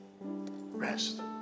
rest